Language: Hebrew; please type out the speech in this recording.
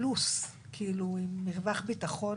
פלוס, עם מרווח ביטחון